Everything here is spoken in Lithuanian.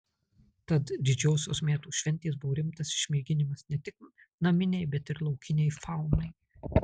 tad didžiosios metų šventės buvo rimtas išmėginimas ne tik naminei bet ir laukinei faunai